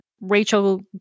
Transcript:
Rachel